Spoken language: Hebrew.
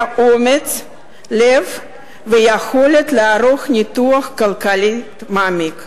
אומץ לב ויכולת לערוך ניתוח כלכלי מעמיק.